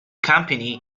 company